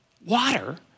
Water